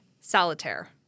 Solitaire